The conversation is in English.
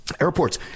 airports